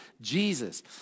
Jesus